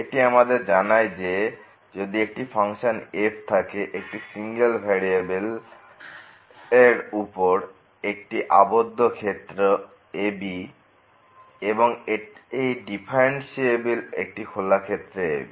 এটি আমাদের জানায় যে যদি একটি ফাংশন f থাকে একটি সিঙ্গেল ভেরিয়েবলের উপর একটি আবদ্ধ ক্ষেত্রে ab এবং এটি ডিফারেন্সিএবেল একটি খোলা ক্ষেত্রে ab